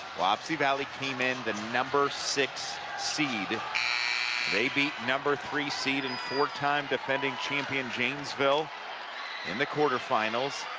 wapsie valley came in the number six seed they beat number three seed and four-time defending champion janesville in the quarterfinals.